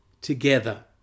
together